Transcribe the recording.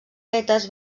fetes